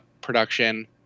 production